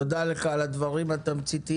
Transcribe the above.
תודה לך על הדברים התמציתיים.